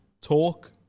Talk